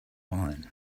wine